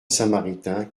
samaritain